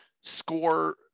score